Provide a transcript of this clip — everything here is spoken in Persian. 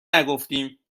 نگفتیم